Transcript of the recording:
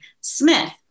Smith